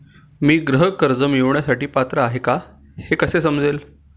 मी गृह कर्ज मिळवण्यासाठी पात्र आहे का हे कसे समजेल?